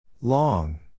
Long